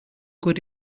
good